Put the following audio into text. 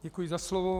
Děkuji za slovo.